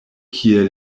kie